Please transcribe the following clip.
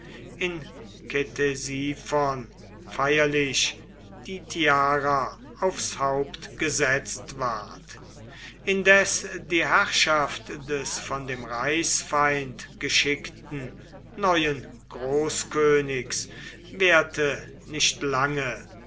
in ktesiphon feierlich die tiara aufs haupt gesetzt ward indes die herrschaft des von dem reichsfeind geschickten neuen großkönigs währte nicht lange